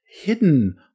hidden